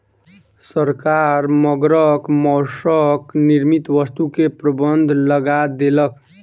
सरकार मगरक मौसक निर्मित वस्तु के प्रबंध लगा देलक